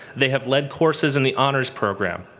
they have led courses in the honors program,